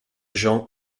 jean